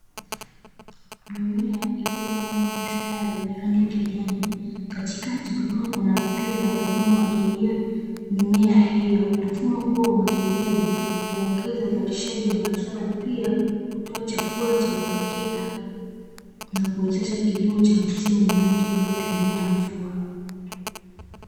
Mimea iliyopangwa kwa mistari yenye rangi ya kijani, katikati kukiwa kuna mpira unaomwagilia mimea hiyo. Mfumo huo wa umwagiliaji huongeza uzalishaji wa mazao, pia hutoa chakula cha uhakika na kuwezesha kilimo cha misimu mingi bila kutegema mvua.